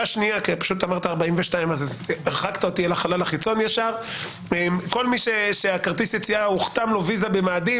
אמרת 42' אז הרחקת אותי לחלל החיצון כל מי שהוחתם לו ויזה במאדים,